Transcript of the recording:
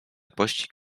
pościg